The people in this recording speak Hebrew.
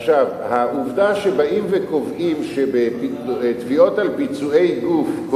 העובדה שבאים וקובעים שבתביעות על פיצויי גוף,